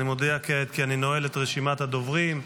אני מודיע כעת כי אני נועל את רשימת הדוברים.